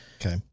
Okay